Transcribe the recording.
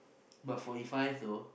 but forty five though